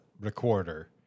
recorder